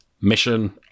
mission